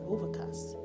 Overcast